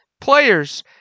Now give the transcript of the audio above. players